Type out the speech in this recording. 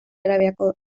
arabiako